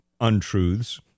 untruths